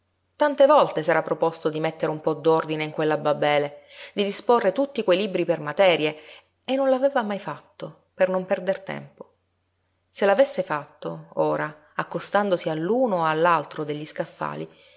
tante volte s'era proposto di mettere un po d'ordine in quella babele di disporre tutti quei libri per materie e non l'aveva mai fatto per non perder tempo se l'avesse fatto ora accostandosi all'uno o all'altro degli scaffali